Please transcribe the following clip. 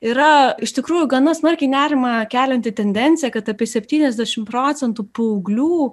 yra iš tikrųjų gana smarkiai nerimą kelianti tendencija kad apie septyniasdešimt procentų paauglių